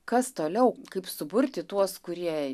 kas toliau kaip suburti tuos kurie